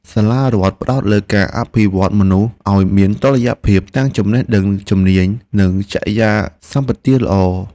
សាលារដ្ឋផ្ដោតលើការអភិវឌ្ឍមនុស្សឱ្យមានតុល្យភាពទាំងចំណេះដឹង ជំនាញ និងចរិយាសម្បទាល្អប្រសើរ។